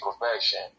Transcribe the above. perfection